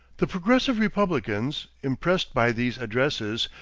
the progressive republicans, impressed by these addresses,